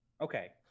Okay